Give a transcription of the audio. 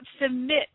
submit